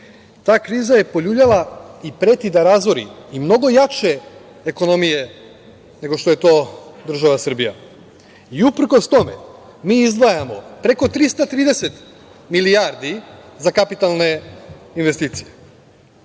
Ta kriza je poljuljala i preti da razori i mnogo jače ekonomije nego što je to država Srbija. Uprkos tome, mi izdvajamo preko 330 milijardi za kapitalne investicije,